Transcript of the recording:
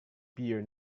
peer